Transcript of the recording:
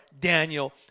Daniel